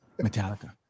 Metallica